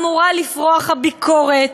אמורה לפרוח הביקורת.